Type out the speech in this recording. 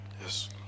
Yes